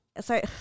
Sorry